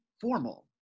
formal